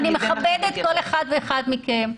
אני מכבדת כל אחד ואחת מכם.